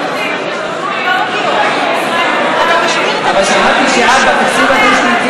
אבל שמעתי שאת בתקציב הדו-שנתי